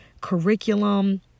curriculum